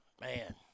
Man